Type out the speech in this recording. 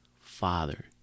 Father